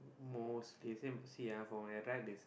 most they seem to see ah from the right is